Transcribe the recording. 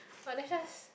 but that's just